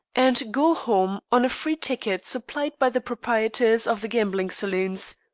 and go home on a free ticket supplied by the proprietors of the gambling saloons,